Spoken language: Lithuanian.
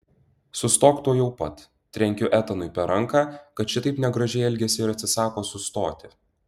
sustok tuojau pat trenkiu etanui per ranką kad šitaip negražiai elgiasi ir atsisako sustoti